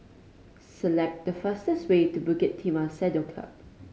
select the fastest way to Bukit Timah Saddle Club